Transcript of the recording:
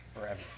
forever